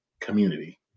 community